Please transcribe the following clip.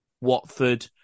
Watford